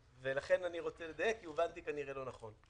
לכן, אני רוצה לדייק, כי הובנתי כנראה לא נכון.